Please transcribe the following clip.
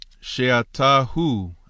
she'atahu